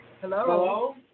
Hello